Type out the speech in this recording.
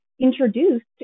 introduced